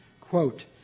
Quote